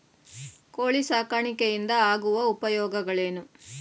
ಕೋಳಿ ಸಾಕಾಣಿಕೆಯಿಂದ ಆಗುವ ಉಪಯೋಗಗಳೇನು?